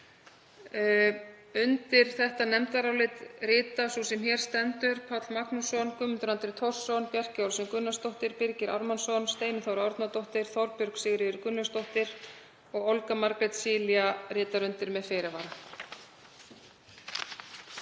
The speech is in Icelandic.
Undir nefndarálitið rita sú sem hér stendur, Páll Magnússon, Guðmundur Andri Thorsson, Bjarkey Olsen Gunnarsdóttir, Birgir Ármannsson, Steinunn Þóra Árnadóttir, Þorbjörg Sigríður Gunnlaugsdóttir og Olga Margrét Cilia, sem ritar undir með fyrirvara.